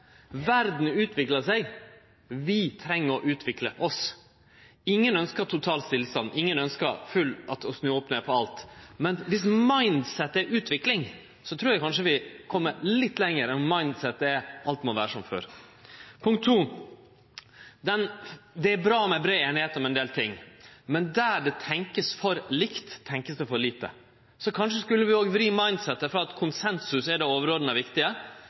Verda utviklar seg, og vi treng å utvikle oss. Ingen ønskjer total stillstand. Ingen ønskjer å snu opp ned på alt. Men viss «mindsettet» er utvikling, trur eg kanskje vi kjem litt lenger enn med «mindsettet» alt må vere som før. Det er bra med brei einigheit om ein del ting, men der det vert tenkt for likt, vert det tenkt for lite. Så kanskje skulle vi vri «mindsettet» frå at konsensus er det overordna viktige,